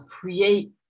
create